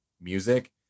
music